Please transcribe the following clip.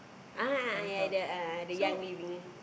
ah ya the uh the young living